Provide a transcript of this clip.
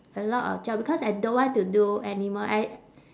a lot of job because I don't want to do anymore I